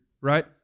right